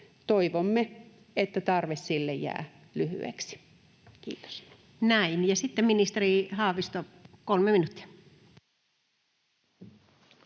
Toivomme, että tarve sille jää lyhyeksi. — Kiitos. Näin. — Ja sitten ministeri Haavisto, 3 minuuttia.